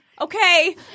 Okay